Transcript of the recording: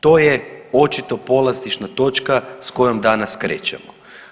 To je očito polazišna točka s kojom danas krećemo.